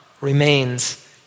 remains